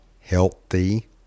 healthy